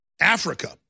Africa